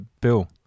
Bill